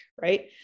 right